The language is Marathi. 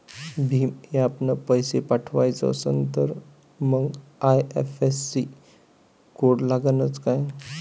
भीम ॲपनं पैसे पाठवायचा असन तर मंग आय.एफ.एस.सी कोड लागनच काय?